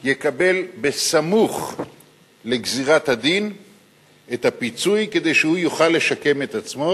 יקבל סמוך לגזירת הדין את הפיצוי כדי שהוא יוכל לשקם את עצמו,